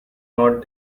not